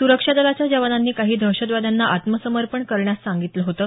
सुरक्षा दलाच्या जवानांनी काही दहशतवाद्यांना आत्मसमर्पण करण्यास सांगितलं होतं